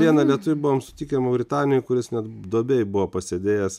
vieną lietuvį buvom sutikę mauritanijoj kuris net duobėj buvo pasėdėjęs